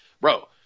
bro